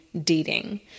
dating